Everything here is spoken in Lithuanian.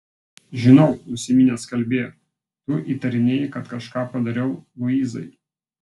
žinau nusiminęs kalbėjo tu įtarinėji kad kažką padariau luizai